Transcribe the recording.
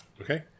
Okay